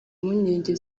mpungenge